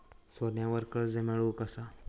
सोन्यावर कर्ज मिळवू कसा?